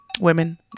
women